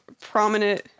prominent